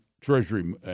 Treasury